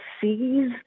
sees